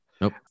Nope